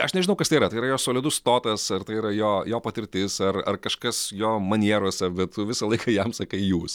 aš nežinau kas tai yra tai yra jo solidus stotas ar tai yra jo jo patirtis ar ar kažkas jo manieros bet tu visą laiką jam sakai jūs